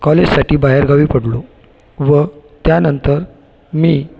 कॉलेजसाठी बाहेरगावी पडलो व त्यानंतर मी